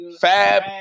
Fab